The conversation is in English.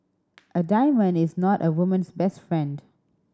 a diamond is not a woman's best friend